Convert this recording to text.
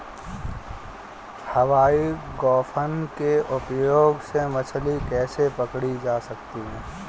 हवाई गोफन के उपयोग से मछली कैसे पकड़ी जा सकती है?